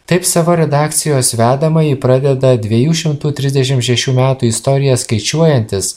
taip savo redakcijos vedamąjį pradeda dviejų šimtų trisdešim šešių metų istoriją skaičiuojantis